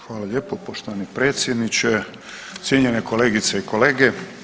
Hvala lijepo poštovani predsjedniče, cijenjene kolegice i kolege.